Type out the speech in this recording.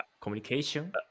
communication